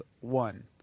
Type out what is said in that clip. one